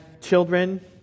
children